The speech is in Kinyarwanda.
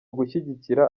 gushyigikira